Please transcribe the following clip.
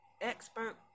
expert